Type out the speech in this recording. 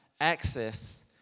access